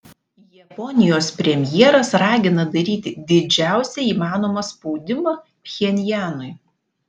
japonijos premjeras ragina daryti didžiausią įmanomą spaudimą pchenjanui